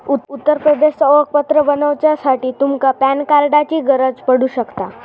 उत्तर प्रदेशचा ओळखपत्र बनवच्यासाठी तुमच्या पॅन कार्डाची गरज पडू शकता